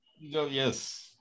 yes